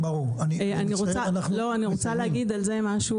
אני רוצה להגיד על זה משהו,